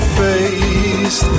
face